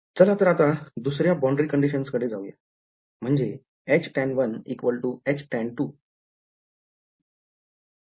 चला तर आता दुसऱ्या boundary condition कडे म्हणजे Htan1 Htan2 कडे पाहुयात